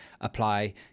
apply